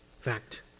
fact